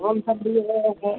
phone ଫାନ୍ ଟିକେ